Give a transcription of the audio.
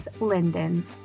Linden